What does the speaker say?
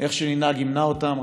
איך שננהג ימנע אותן.